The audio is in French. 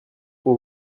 pour